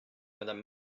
madame